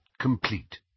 complete